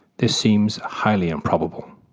this seems highly improbable.